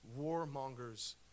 warmongers